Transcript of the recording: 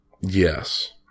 Yes